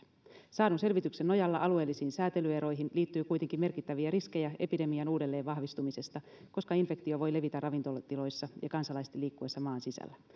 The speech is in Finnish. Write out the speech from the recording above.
saadun selvityksen nojalla alueellisiin sääntelyeroihin liittyy kuitenkin merkittäviä riskejä epidemian uudelleen vahvistumisesta koska infektio voi levitä ravintolatiloissa ja kansalaisten liikkuessa maan sisällä